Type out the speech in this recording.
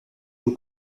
aux